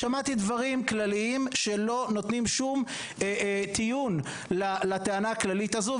שמעתי דברים כלליים שלא נותנים שום טיעון לטענה הכללית הזאת.